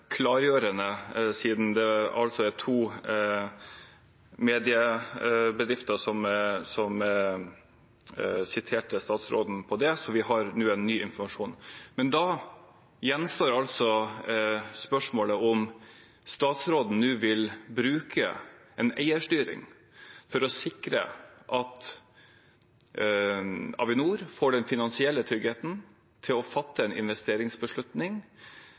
klargjørende, siden det altså er to mediebedrifter som siterte statsråden på det, så nå har vi ny informasjon. Men da gjenstår altså spørsmålet om hvorvidt statsråden nå vil bruke eierstyring for å sikre at Avinor får den finansielle tryggheten til å fatte en investeringsbeslutning